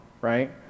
right